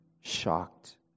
shocked